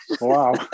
Wow